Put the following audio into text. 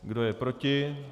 Kdo je proti?